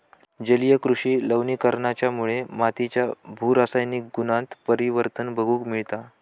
जलीय कृषि लवणीकरणाच्यामुळे मातीच्या भू रासायनिक गुणांत परिवर्तन बघूक मिळता